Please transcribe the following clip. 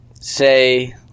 say –